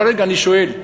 אבל רגע, אני שואל,